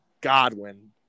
Godwin